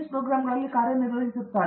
ಪ್ರೋಗ್ರಾಮ್ಗಳಲ್ಲಿ ಕಾರ್ಯನಿರ್ವಹಿಸುತ್ತಿದ್ದಾರೆ